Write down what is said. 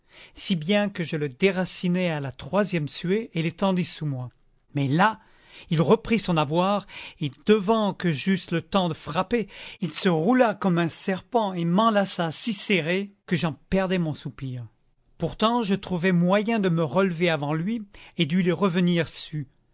si bien que je le déracinai à la troisième suée et l'étendis sous moi mais là il reprit son avoir et devant que j'eusse le temps de frapper il se roula comme un serpent et m'enlaça si serré que j'en perdais mon soupir pourtant je trouvai moyen de me relever avant lui et de lui revenir sus